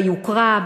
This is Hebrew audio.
ביוקרה,